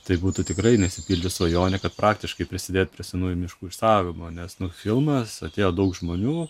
tai būtų tikrai neišsipildžius svajonė kad praktiškai prisidėt prie senųjų miškų išsaugojimo nes nu filmas atėjo daug žmonių